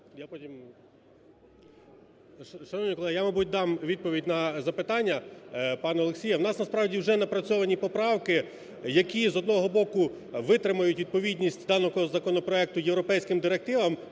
Шановні колеги! Я, мабуть, дам відповідь на запитання пана Олексія. У нас насправді вже напрацьовані поправки, які, з одного боку, витримають відповідність даного законопроекту європейським директивам,